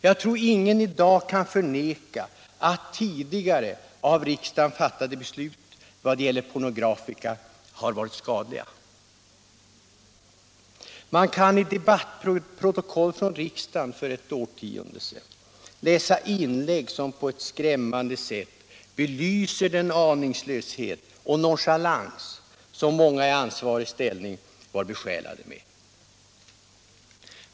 Jag tror att ingen i dag kan förneka att tidigare av riksdagen fattade beslut vad gäller pornografika har varit skadliga. Vi kan i debattprotokoll från riksdagen, förda för ett årtionde sedan, läsa inlägg som på ett skrämmande sätt belyser den aningslöshet och nonchalans som många i ansvarig ställning var besjälade av.